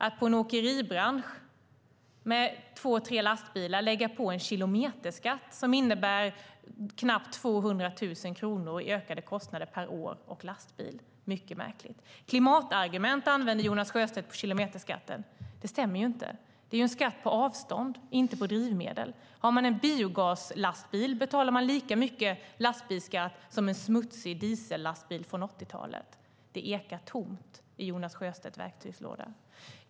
Att på ett åkeri med två tre lastbilar lägga en kilometerskatt som innebär nästan 200 000 i ökade kostnader per år och lastbil är mycket märkligt. Jonas Sjöstedt använder klimatargument om kilometerskatten. Det håller inte - det är ju en skatt på avstånd och inte på drivmedel. Har man en biogaslastbil betalar man lika mycket lastbilsskatt som om man har en smutsig diesellastbil från 80-talet. Det ekar tomt i Jonas Sjöstedts verktygslåda.